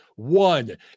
One